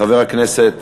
חבר הכנסת